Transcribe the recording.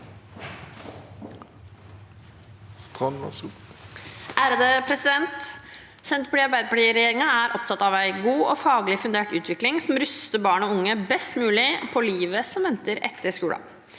(Sp) Senter- parti–Arbeiderparti-regjeringen er opptatt av en god og faglig fundert utvikling som ruster barn og unge best mulig for livet som venter etter skolen.